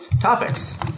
Topics